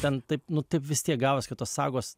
ten taip ten vis tiek gavos kad tos sagos